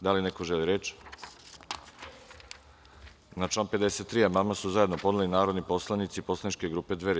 Da li neko želi reč? (Ne.) Na član 53. amandman su zajedno podneli narodni poslanici poslaničke grupe Dveri.